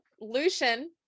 Lucian